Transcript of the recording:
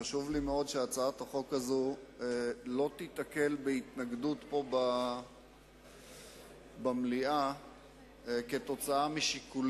וחשוב לי מאוד שהיא לא תיתקל בהתנגדות פה במליאה משיקולים